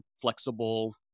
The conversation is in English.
flexible